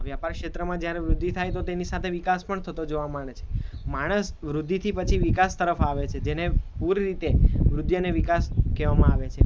વ્યાપાર ક્ષેત્રમાં જ્યારે વૃદ્ધિ થાય તો તેની સાથે વિકાસ પણ થતો જોવા મળે છે માણસ વૃદ્ધિથી પછી વિકાસ તરફ આવે છે જેને પૂરી રીતે વૃદ્ધિ અને વિકાસ કહેવામાં આવે છે